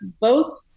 both-